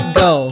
go